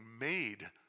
made